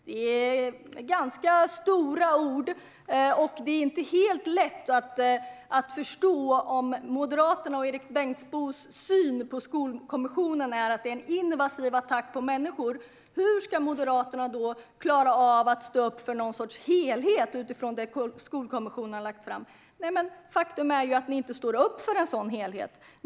Det är stora ord, och det är inte helt lätt att förstå Moderaternas och Erik Bengtzboes syn på Skolkommissionen. Hur ska Moderaterna klara av att stå upp för en helhet utifrån det som Skolkommissionen har lagt fram om de tycker att Skolkommissionen innebär en invasiv attack på människor? Faktum är dock att ni i Moderaterna inte står upp för någon sådan helhet.